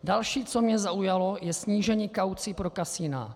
Další, co mě zaujalo, je snížení kaucí pro kasina.